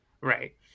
right